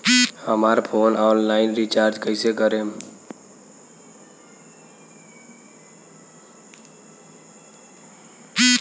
हमार phone online recharge कईसे करेम?